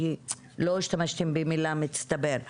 כי לא השתמשתם במילה 'מצטבר'.